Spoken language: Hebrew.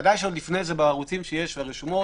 בוודאי שזה מידית יעבור לרשומות,